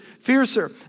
fiercer